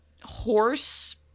horse